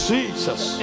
Jesus